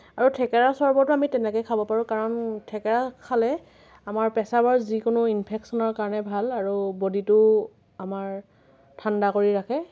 আৰু থেকেৰা চৰ্বটো আমি তেনেকেই খাব পাৰোঁ কাৰণ থেকেৰা খালে আমাৰ পেছাবৰ যিকোনো ইনফেকশ্যনাৰ কাৰণে ভাল আৰু বডিটো আমাৰ ঠাণ্ডা কৰি ৰাখে